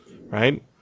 Right